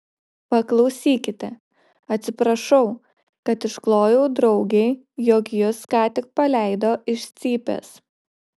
paklausykite atsiprašau kad išklojau draugei jog jus ką tik paleido iš cypės